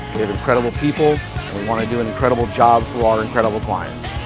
and incredible people, want to do an incredible job for our incredible clients.